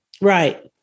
Right